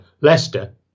Leicester